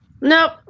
Nope